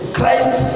Christ